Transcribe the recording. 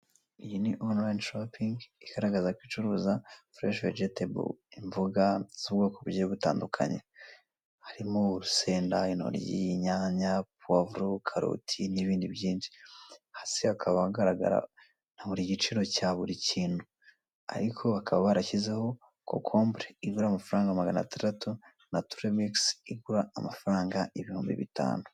Iyi ni online shopping igaragaza ko icuruza fresh vegetable imboga z'ubwoko butandukanye harimo urusenda, imboga, intoryi inyanya, pavuro, karoti n'ibindi byinsh, hasi hakaba hagaragara buri giciro cya buri kintu, ariko bakaba cocomble igura amafaranga magana atandatu na trial mix igura amafaranga ibihumbi bitanu.